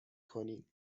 کنیم